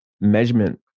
measurement